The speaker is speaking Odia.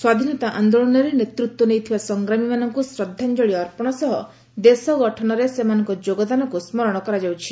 ସ୍ୱାଧୀନତା ଆନ୍ଦୋଳନରେ ନେତୂତ୍ ନେଇଥିବା ସଂଗ୍ରାମୀମାନଙ୍କୁ ଶ୍ରଦ୍ବାଞ୍ଞଳି ଅପ୍ପଶ ସହ ଦେଶଗଠନରେ ସେମାନଙ୍କ ଯୋଗଦାନକୁ ସ୍କରଣ କରାଯାଉଛି